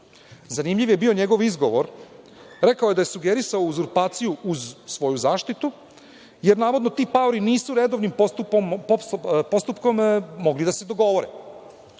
Zanimljiv je bio njegov izgovor, rekao je da je sugerisao uzurpaciju uz svoju zaštitu jer, navodno, ti paori nisu redovnim postupkom mogli da se dogovore.